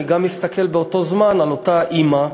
אני גם מסתכל באותו זמן על אותה אימא,